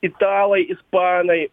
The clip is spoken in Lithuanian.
italai ispanai